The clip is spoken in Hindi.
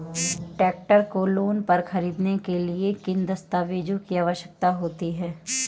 ट्रैक्टर को लोंन पर खरीदने के लिए किन दस्तावेज़ों की आवश्यकता होती है?